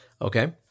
Okay